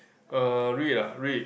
uh read ah read